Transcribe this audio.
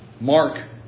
Mark